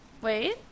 Wait